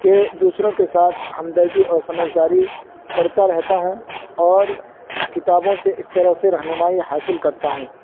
کہ دوسروں کے ساتھ ہمدردی اور سمجھ داری کرتا رہتا ہوں اور کتابوں سے اس طرح سے رہنمائی حاصل کرتا ہوں